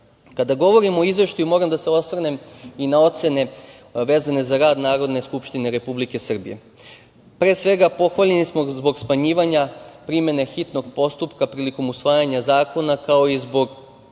govorimo o Izveštaju, moram da se osvrnem i na ocene vezano za rad Narodne skupštine Republike Srbije. Pre svega, pohvaljeni smo zbog smanjivanja primene hitnog postupka prilikom usvajanja zakona, kao i zbog